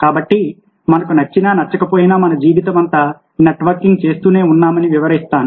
కాబట్టి మనకు నచ్చినా నచ్చకపోయినా మన జీవితమంతా నెట్వర్కింగ్ చేస్తూనే ఉన్నామని వివరిస్తాను